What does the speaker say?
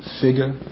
figure